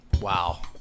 Wow